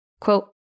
Quote